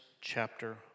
chapter